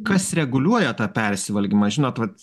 kas reguliuoja tą persivalgymą žinot vat